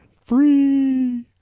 Free